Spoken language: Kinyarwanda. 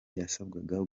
yasabwaga